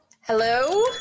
Hello